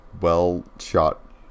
well-shot